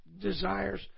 desires